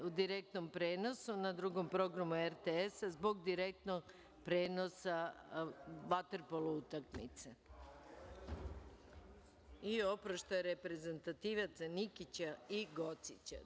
U direktnom prenosu na Drugom programu RTS-a zbog prenosa vaterpolo utakmice i oproštaj reprezentativaca Nikića i Gocića.